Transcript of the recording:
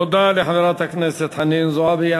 תודה לחברת הכנסת חנין זועבי.